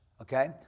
okay